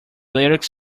lyrics